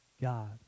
God